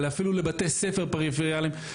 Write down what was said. אפילו לבתי ספר פריפריאליים,